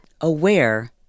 aware